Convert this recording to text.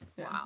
Wow